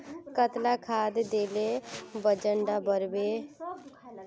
कतला खाद देले वजन डा बढ़बे बे?